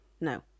no